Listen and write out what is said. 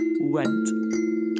went